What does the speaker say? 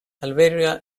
alberga